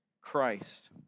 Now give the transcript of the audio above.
Christ